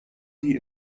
die